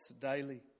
daily